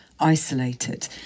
isolated